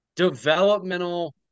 developmental